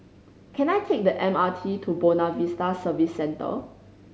can I take the M R T to Buona Vista Service Centre